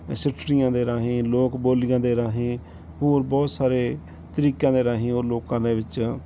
ਸਿੱਠਣੀਆਂ ਦੇ ਰਾਹੀਂ ਲੋਕ ਬੋਲੀਆਂ ਦੇ ਰਾਹੀਂ ਹੋਰ ਬਹੁਤ ਸਾਰੇ ਤਰੀਕਿਆਂ ਦੇ ਰਾਹੀਂ ਉਹ ਲੋਕਾਂ ਦੇ ਵਿੱਚ